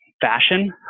fashion